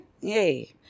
Yay